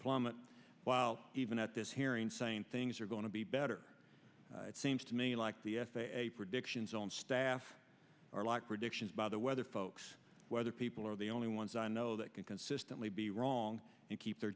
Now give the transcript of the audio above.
while even at this hearing saying things are going to be better it seems to me like the f a a predictions on staff are like predictions by the weather folks weather people are the only ones i know that can consistently be wrong and keep their